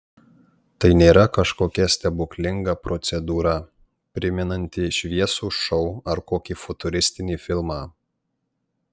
tai nėra kažkokia stebuklinga procedūra primenanti šviesų šou ar kokį futuristinį filmą